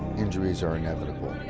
injuries are inevitable.